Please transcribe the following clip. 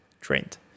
trained